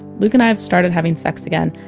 luke and i have started having sex again,